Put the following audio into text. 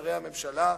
שרי הממשלה,